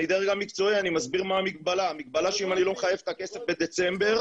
אני לא מקבל את ההחלטות לבד,